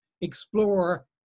explore